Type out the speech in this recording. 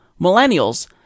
millennials